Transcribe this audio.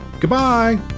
Goodbye